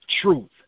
truth